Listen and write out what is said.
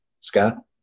scott